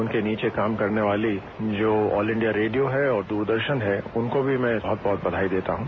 उनके नीचे काम करने वाली जो ऑल इंडिया रेडियो है और दूरदर्शन है उनको भी मैं बहत बहत बधाई देता हूं